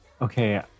Okay